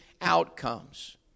outcomes